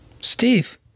Steve